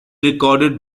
recorded